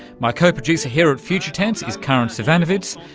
my co-producer here at future tense is karin zsivanovits,